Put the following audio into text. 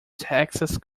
texas